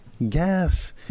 Gas